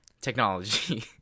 technology